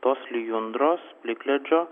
tos lijundros plikledžio